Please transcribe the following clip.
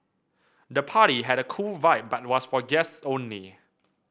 the party had a cool vibe but was for guest only